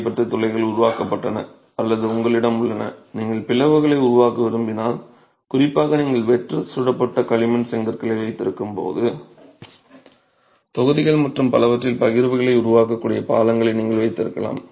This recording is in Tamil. தேவைப்பட்டால் துளைகள் உருவாக்கப்பட்டன அல்லது உங்களிடம் உள்ளன நீங்கள் பிளவுகளை உருவாக்க விரும்பினால் குறிப்பாக நீங்கள் வெற்று சுடப்பட்ட களிமண் செங்கற்களை வைத்திருக்கும் போது தொகுதிகள் மற்றும் பலவற்றில் பகிர்வுகளை உருவாக்கக்கூடிய பாலங்களை நீங்கள் வைத்திருக்கலாம்